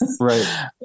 Right